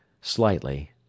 slightly